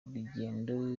urugendo